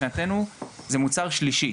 מבחינתנו זה מוצר שלישי.